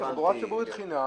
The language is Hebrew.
לא תחבורה חכמה.